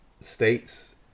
states